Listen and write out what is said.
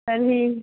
तर्हि